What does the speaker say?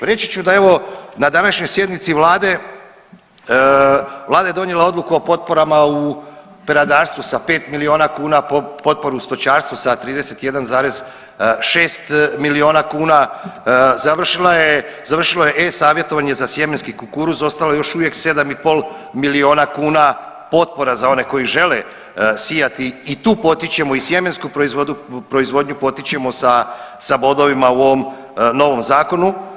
Reći ću da evo na današnjoj sjednici vlade, vlada je donijela odluku o potporama u peradarstvu sa 5 milijuna kuna, potporu stočarstvu sa 31,6 milijuna kuna, završilo je e-Savjetovanje za sjemenski kukuruz ostalo je još uvijek 7,5 milijuna kuna potpora za one koji žele sijati i tu potičemo i sjemensku proizvodnju potičemo sa bodovima u ovom novom zakonu.